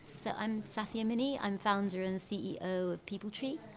so, i'm safia minney, i'm founder and ceo of people tree,